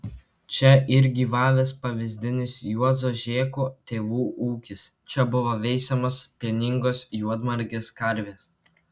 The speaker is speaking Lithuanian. čia ir gyvavęs pavyzdinis juozo žėko tėvų ūkis čia buvo veisiamos pieningos juodmargės karvės